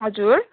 हजुर